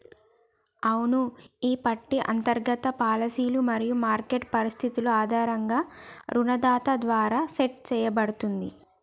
అవును ఈ పట్టి అంతర్గత పాలసీలు మరియు మార్కెట్ పరిస్థితులు ఆధారంగా రుణదాత ద్వారా సెట్ సేయబడుతుంది